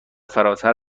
فراتر